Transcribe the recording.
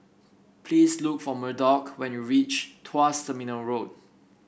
please look for Murdock when you reach Tuas Terminal Road